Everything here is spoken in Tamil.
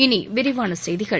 இனி விரிவான செய்திகள்